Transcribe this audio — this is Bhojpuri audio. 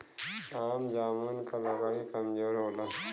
आम जामुन क लकड़ी कमजोर होला